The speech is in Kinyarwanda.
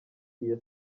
iya